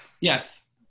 Yes